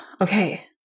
okay